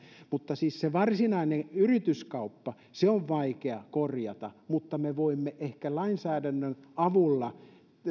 mutta siis se varsinainen yrityskauppa on vaikea korjata mutta me voimme ehkä lainsäädännön avulla